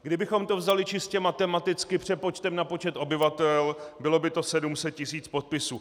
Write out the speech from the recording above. Kdybychom to vzali čistě matematicky přepočtem na počet obyvatel, bylo by to 700 tisíc podpisů.